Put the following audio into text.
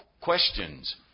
questions